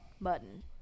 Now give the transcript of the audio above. button